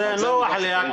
זה נוח לי.